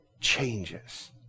changes